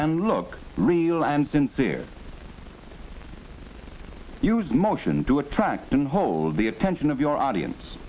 and look real and sincere use motion to attract and hold the attention of your audience